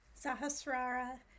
Sahasrara